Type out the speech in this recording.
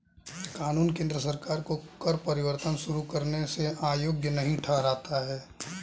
कानून केंद्र सरकार को कर परिवर्तन शुरू करने से अयोग्य नहीं ठहराता है